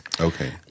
okay